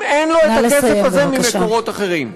אם אין לו את הכסף הזה ממקורות אחרים.